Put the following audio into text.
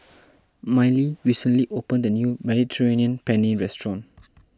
Mylee recently opened a new Mediterranean Penne restaurant